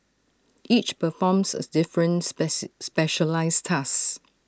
each performs A different spice specialised task